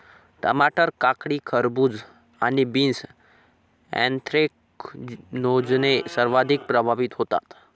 टमाटर, काकडी, खरबूज आणि बीन्स ऍन्थ्रॅकनोजने सर्वाधिक प्रभावित होतात